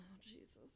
Jesus